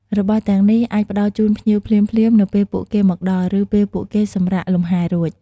របស់ទាំងនេះអាចផ្តល់ជូនភ្ញៀវភ្លាមៗនៅពេលពួកគេមកដល់ ឬពេលពួកគេសម្រាកលម្ហែរួច។